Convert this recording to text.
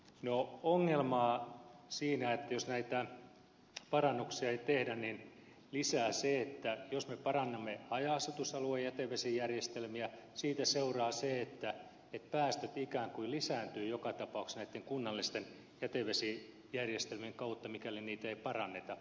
no ongelmaa siinä jos näitä parannuksia ei tehdä lisää se että jos me parannamme haja asutusaluejätevesijärjestelmiä siitä seuraa se että päästöt ikään kuin lisääntyvät joka tapauksessa näitten kunnallisten jätevesijärjestelmien kautta mikäli niitä ei paranneta